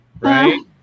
right